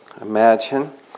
imagine